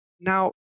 Now